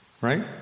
right